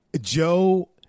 Joe